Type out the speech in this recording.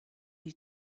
you